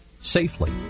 safely